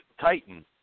Titan